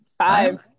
five